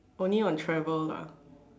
only on travel lah